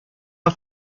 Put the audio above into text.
are